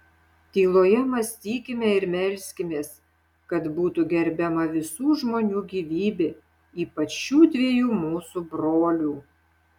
tyloje mąstykime ir melskimės kad būtų gerbiama visų žmonių gyvybė ypač šių dviejų mūsų brolių